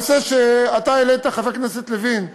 הנושא שאתה העלית, חבר הכנסת לוין,